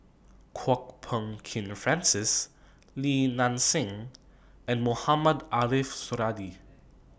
Kwok Peng Kin Francis Li Nanxing and Mohamed Ariff Suradi